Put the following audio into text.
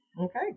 Okay